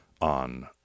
on